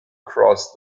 cross